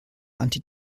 anti